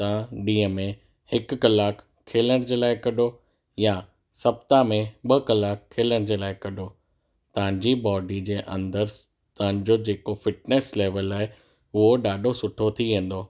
तां ॾींहं में हिकु कलाक खेलण जे लाइ कढो या सप्ताह में ॿ कलाक खेलन जे लाइ कढो तव्हांजी बॉडी जे अंदरु तव्हांजो जेको फिटनेस लैवल आहे उहो ॾाढो सुठो थी वेंदो